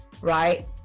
right